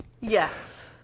Yes